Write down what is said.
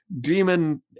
demon